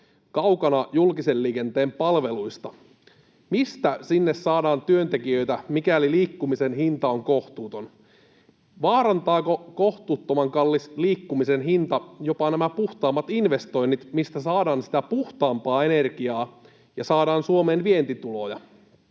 kaukana julkisen liikenteen palveluista. Mistä sinne saadaan työntekijöitä, mikäli liikkumisen hinta on kohtuuton? Vaarantaako kohtuuttoman kallis liikkumisen hinta jopa nämä puhtaammat investoinnit, joista saadaan sitä puhtaampaa energiaa ja saadaan Suomeen vientituloja?